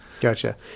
Gotcha